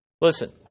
Listen